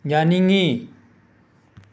ꯌꯥꯅꯤꯡꯉꯤ